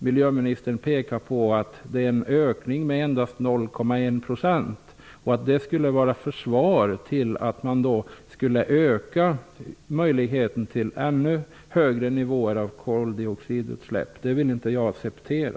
Miljöministern pekar på att det är en ökning med endast 0,1 % och att det skulle vara försvaret för att man skulle öka möjligheten till ännu högre nivåer av koldioxidutsläpp. Det vill jag inte acceptera.